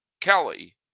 Kelly